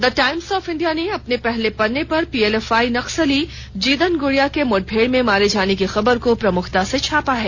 the Times of India ने अपने पहले पन्ने पर पीएलएफआई नक्सली जिदन गुड़िया के मुठभेड़ में मारे जाने की खबर को प्रमुखता से छापा है